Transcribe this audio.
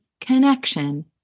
connection